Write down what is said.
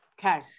Okay